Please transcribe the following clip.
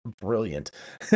brilliant